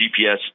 GPS